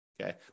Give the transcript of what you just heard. okay